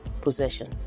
possession